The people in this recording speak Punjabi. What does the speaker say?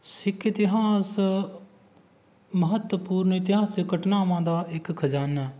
ਸਿੱਖ ਇਤਿਹਾਸ ਮਹੱਤਵਪੂਰਨ ਇਤਿਹਾਸਿਕ ਘਟਨਾਵਾਂ ਦਾ ਇੱਕ ਖਜ਼ਾਨਾ